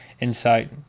insight